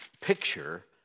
picture